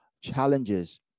Challenges